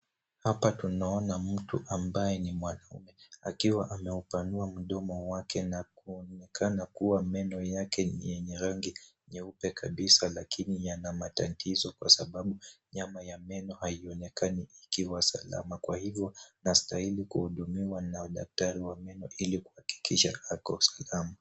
Hapa tuanona mtu ambaye ni mwanaume akiwa ameupanua mdomo wake na kuonekana kuwa meno yake ni yenye rangi nyeupe kabisa lakini yana matatizo kwa sababu nyama ya meno haionekani ikiwa salama. Kwa hivyo inastahili kuhudumiwa na daktari wa meno ili kuhakikisha yako salama.